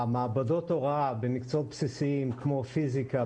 מעבדות ההוראה במקצועות בסיסיים כמו פיזיקה,